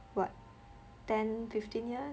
what ten fifteen years